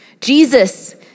Jesus